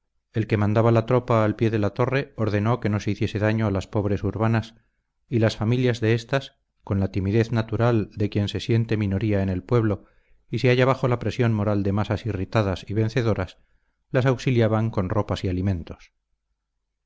el que mandaba la tropa al pie de la torre ordenó que no se hiciese daño a las pobres urbanas y las familias de éstas con la timidez natural de quien se siente minoría en el pueblo y se halla bajo la presión moral de masas irritadas y vencedoras las auxiliaban con ropas y alimentos